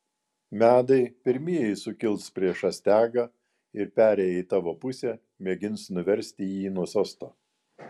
medai pirmieji sukils prieš astiagą ir perėję į tavo pusę mėgins nuversti jį nuo sosto